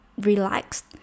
relaxed